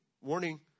Warning